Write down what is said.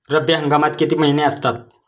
रब्बी हंगामात किती महिने असतात?